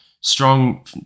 strong